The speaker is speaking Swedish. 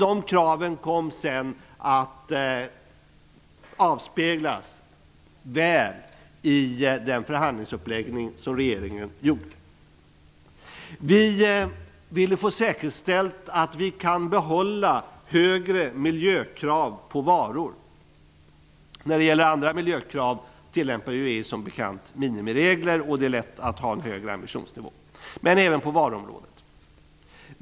De kraven kom sedan att avspeglas väl i den förhandlingsuppläggning som regeringen gjorde. Vi ville få säkerställt att vi kan behålla högre miljökrav på varor. När det gäller andra miljökrav tillämpar EU som bekant minimiregler och det är lätt att ha en högre ambitionsnivå. Vi ville ha det även på varuområdet.